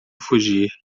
fugir